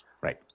Right